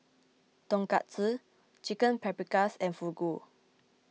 Tonkatsu Chicken Paprikas and Fugu